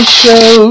show